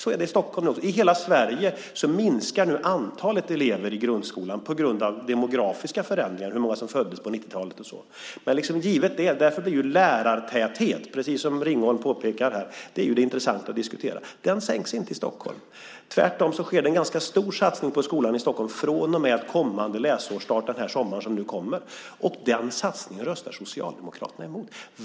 I Stockholm och i hela Sverige minskar nu antalet elever i grundskolan på grund av demografiska förändringar, bland annat hur många som föddes på 90-talet. Därför blir lärartäthet, precis som Bosse Ringholm påpekar här, det intressanta att diskutera. Den försämras inte i Stockholm. Tvärtom sker det en ganska stor satsning på skolan i Stockholm från och med kommande läsårsstart. Och den satsningen röstar Socialdemokraterna mot.